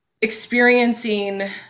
experiencing